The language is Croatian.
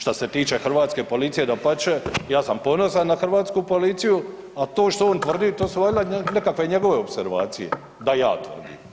Što se tiče Hrvatske policije dapače, ja sam ponosan na Hrvatsku policiju, a to što on tvrdi to su valjda nekakve njegove opservacije da ja tvrdim.